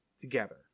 together